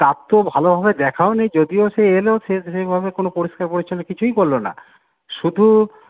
তার তো ভালোভাবে দেখাও নেই যদিও সে এলো সে তো সেইভাবে কোনো পরিষ্কার পরিচ্ছন্ন কিছুই করল না শুধু